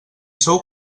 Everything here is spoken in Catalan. sou